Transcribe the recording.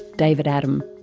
david adam.